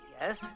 yes